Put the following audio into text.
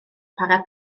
chwarae